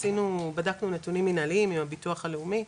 בדקנו נתונים מנהליים עם הביטוח הלאומי,